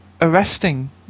arresting